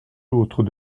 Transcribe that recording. l’autre